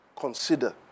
Consider